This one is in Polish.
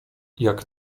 jak